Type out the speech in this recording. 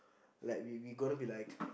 like we we gonna be like